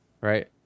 right